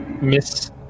miss